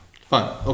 Fine